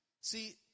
See